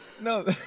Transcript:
No